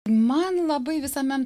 man labai visame